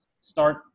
start